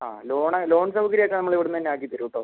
ആ loan loan സൗകര്യം ഒക്കെ നമ്മൾ ഇവിടന്നന്നെ ആക്കിത്തരൂട്ടോ